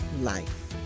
life